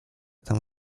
tam